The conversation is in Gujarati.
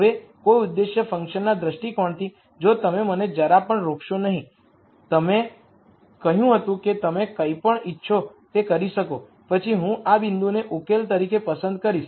હવે કોઈ ઉદ્દેશ્ય ફંક્શનના દૃષ્ટિકોણથી જો તમે મને જરા પણ રોકશો નહીં અને તમે કહ્યું હતું કે તમે કંઇ પણ ઇચ્છો તે કરી શકો પછી હું આ બિંદુને સોલ્યુશન તરીકે પસંદ કરીશ